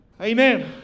Amen